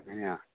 അങ്ങനെയാണ്